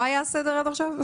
לא היה סדר עד עכשיו?